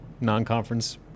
non-conference